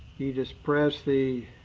you just press the.